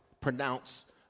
pronounce